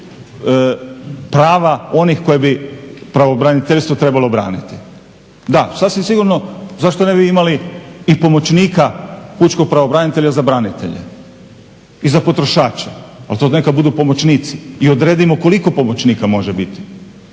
prava onih koja bi pravobraniteljstvo trebalo braniti. Da, sasvim sigurno zašto ne bi imali i pomoćnika pučkog pravobranitelja za branitelje i za potrošače, ali to neka budu pomoćnici i odredimo koliko pomoćnika može biti.